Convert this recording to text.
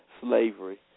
slavery